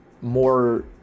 more